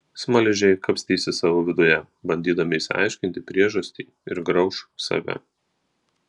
smaližiai kapstysis savo viduje bandydami išsiaiškinti priežastį ir grauš save